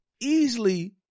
easily